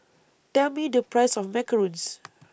Tell Me The Price of Macarons